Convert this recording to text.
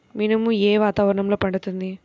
మినుము ఏ వాతావరణంలో పండుతుంది?